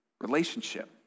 relationship